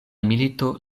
milito